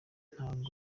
ntango